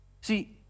See